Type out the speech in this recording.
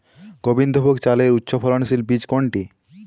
গোবিন্দভোগ চালের উচ্চফলনশীল বীজ কোনটি?